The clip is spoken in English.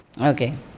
Okay